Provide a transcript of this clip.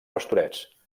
pastorets